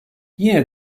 yine